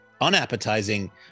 unappetizing